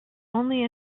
only